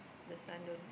the son don't